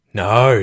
no